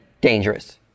dangerous